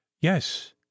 Yes